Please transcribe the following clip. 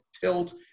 tilt